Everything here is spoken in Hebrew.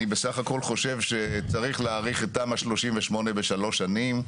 אני בסך הכל חושב שצריך להאריך את תמ"א 38 בשלוש שנים,